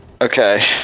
Okay